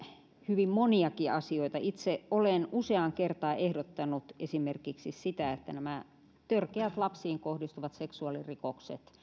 hyvin moniakin asioita itse olen useaan kertaan ehdottanut esimerkiksi sitä että törkeät lapsiin kohdistuvat seksuaalirikokset